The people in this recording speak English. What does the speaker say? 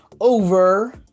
over